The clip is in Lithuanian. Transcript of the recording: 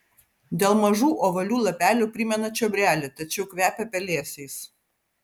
dėl mažų ovalių lapelių primena čiobrelį tačiau kvepia pelėsiais